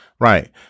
Right